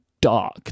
dark